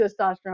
testosterone